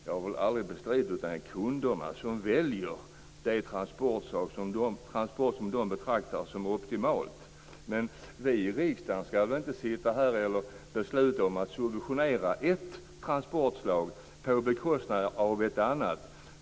Jag har aldrig bestridit att det är kunderna som väljer det transportslag som de betraktar som optimalt. Men vi i riksdagen skall väl inte besluta om att subventionera ett transportslag på bekostnad av ett annat.